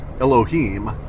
Elohim